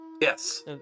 Yes